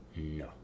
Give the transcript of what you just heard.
No